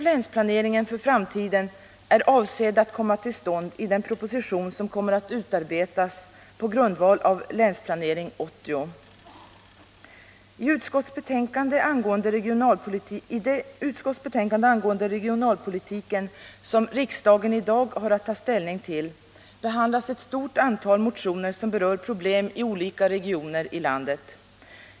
Länsplaneringen för framtiden är avsedd att bli utformad i den proposition som kommer att utarbetas på grundval av Länsplanering 80. I det utskottsbetänkande angående regionalpolitiken som riksdagen i dag har att ta ställning till behandlas ett stort antal motioner som berör problem i olika regioner i landet.